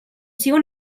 sigui